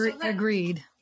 agreed